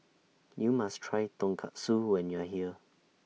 YOU must Try Tonkatsu when YOU Are here